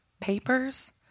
Papers